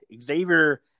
Xavier